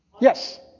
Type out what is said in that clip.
Yes